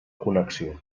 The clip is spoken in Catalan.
connexió